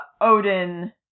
Odin